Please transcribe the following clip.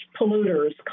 polluters